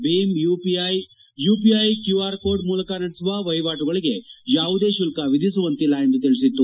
Bhim UPI UPI QR code ಮೂಲಕ ನಡೆಸುವ ವಹಿವಾಟುಗಳಗೆ ಯಾವುದೇ ಶುಲ್ತ ವಿಧಿಸುವಂತಿಲ್ಲ ಎಂದು ತಿಳಿತ್ತು